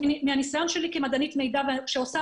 מהניסיון שלי כמדענית מידע שעוסקת